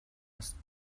است